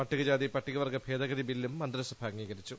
പട്ടികജാതി പട്ടികവർഗ്ഗ ഭേദഗതി ബില്ലും മന്ത്രിസഭാ അംഗീകരിച്ചു